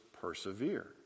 persevere